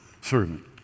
servant